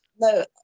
No